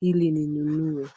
ili ninunue.